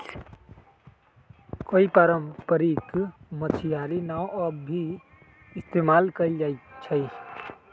कई पारम्परिक मछियारी नाव अब भी इस्तेमाल कइल जाहई